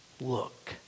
look